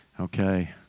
Okay